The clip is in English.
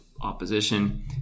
opposition